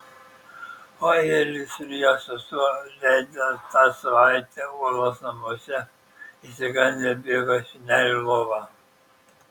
o elis ir jo sesuo leidę tą savaitę uolos namuose išsigandę bėgo į senelių lovą